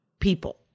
People